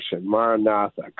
Maranatha